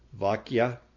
Vakya